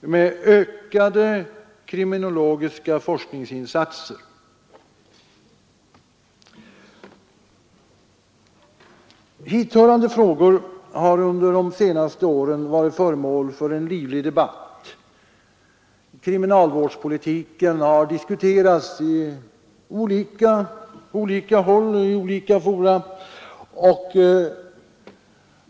med ökade kriminologiska forskningsinsatser. Hithörande frågor har under de senaste åren varit föremål för en livlig debatt. Kriminalvårdspolitiken har diskuterats på olika håll och inför olika fora.